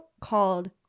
called